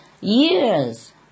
years